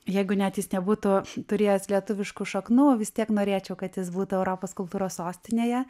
jeigu net jis nebūtų turėjęs lietuviškų šaknų vis tiek norėčiau kad jis būtų europos kultūros sostinėje